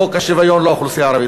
חוק השוויון לאוכלוסייה הערבית.